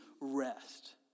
rest